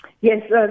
Yes